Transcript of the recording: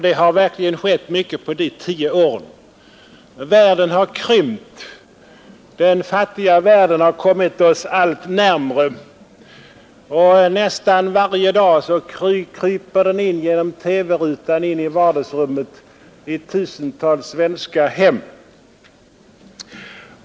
Det har verkligen skett mycket på dessa tio år. Världen har krympt. Den fattiga världen har kommit oss allt närmare, och nästan varje dag kryper den genom TV-rutan in i vardagsrummet i tusentals svenska hem.